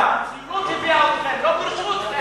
הציונות הביאה אתכם, לא גירשו אתכם.